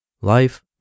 Life